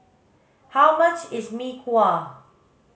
how much is mee kuah